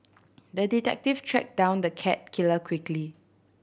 the detective tracked down the cat killer quickly